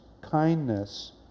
kindness